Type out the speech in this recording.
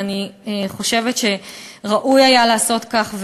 ואני חושבת שראוי היה לעשות כך,